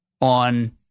on